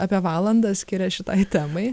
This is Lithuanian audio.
apie valandą skiria šitai temai